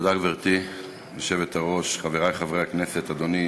גברתי היושבת-ראש, תודה, חברי חברי הכנסת, אדוני